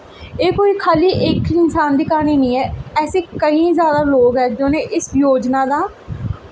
एह् कोई खाल्ली इक इंसान दी क्हानी निं ऐ ऐसे केईं जादा लोग ऐं उ'नें इस योजना दा